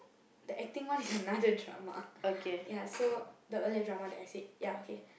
the acting one is another drama ya so the earlier drama that I said ya okay